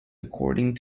according